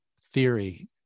theory